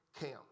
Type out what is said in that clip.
camp